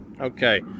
Okay